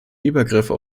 übergriffe